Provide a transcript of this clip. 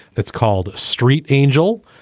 it's called street angel.